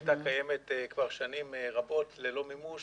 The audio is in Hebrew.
היא הייתה קיימת כבר שנים רבות ללא מימוש,